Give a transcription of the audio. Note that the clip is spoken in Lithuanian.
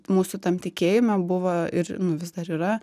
mūsų tam tikėjime buvo ir nu vis dar yra